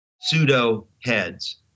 pseudo-heads